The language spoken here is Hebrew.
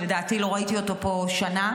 שלדעתי לא ראיתי אותו פה שנה.